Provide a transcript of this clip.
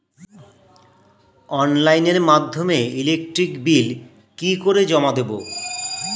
অনলাইনের মাধ্যমে electric bill কি করে জমা দেবো?